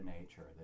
nature